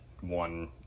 one